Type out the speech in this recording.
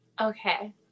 Okay